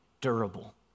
durable